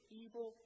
evil